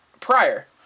prior